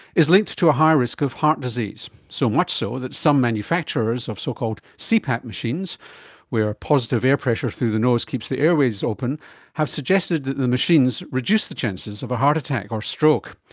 is linked to a higher risk of heart disease, so much so that some manufacturers of so-called cpap machines where positive air pressure through the nose keeps the airways open have suggested that the machines reduced the chances of a heart attack or stroke.